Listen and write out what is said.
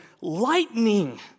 lightning